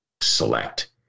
select